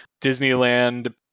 Disneyland